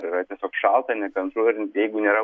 yra tiesiog šalta nekantru ir jeigu nėra